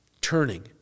turning